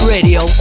Radio